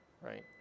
right